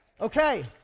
Okay